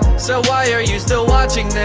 so why are you still watching